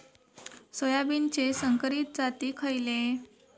सोयाबीनचे संकरित जाती खयले?